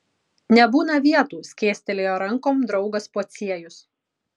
nebūna vietų skėstelėjo rankom draugas pociejus